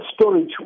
storage